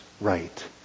right